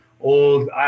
old